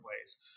ways